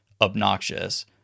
obnoxious